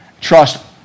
Trust